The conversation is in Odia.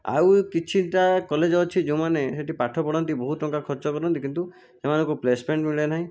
ଆଉ କିଛିଟା କଲେଜ ଅଛି ଯେଉଁମାନେ ସେଠି ପାଠ ପଢ଼ାନ୍ତି ବହୁତ ଟଙ୍କା ଖର୍ଚ୍ଚ କରନ୍ତି କିନ୍ତୁ ଏମାନଙ୍କୁ ପ୍ଲେସମେଣ୍ଟ ମିଳେ ନାହିଁ